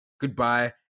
goodbye